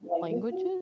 Languages